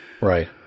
right